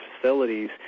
facilities